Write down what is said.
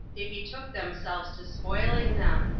they betook themselves to spoiling them,